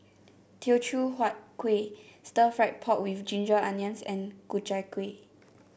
Teochew Huat Kuih Stir Fried Pork with Ginger Onions and Ku Chai Kuih